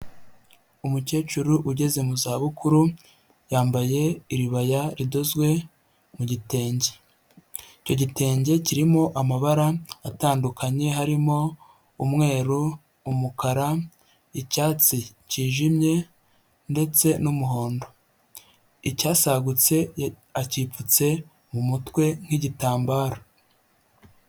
Umukecuru ugeze mu zabukuru yambaye iribaya ridozwe mu gitenge, icyo gitenge kirimo amabara atandukanye harimo umweru umukara icyatsi cyijimye ndetse n'umuhondo, icyasagutse akipfutse mu mutwe nk'gitambaro.